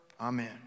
Amen